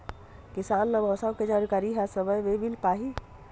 किसान ल मौसम के जानकारी ह समय म मिल पाही?